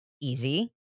easy